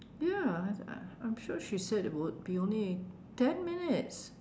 ya I I'm sure she said it would be only ten minutes